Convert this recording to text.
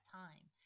time